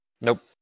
Nope